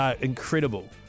incredible